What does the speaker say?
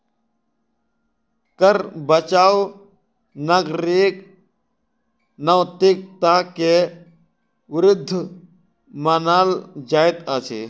कर बचाव नागरिक नैतिकता के विरुद्ध मानल जाइत अछि